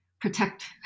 protect